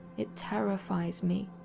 it terrifies me,